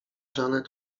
janet